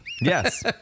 Yes